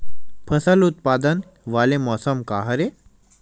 फसल उत्पादन वाले मौसम का हरे?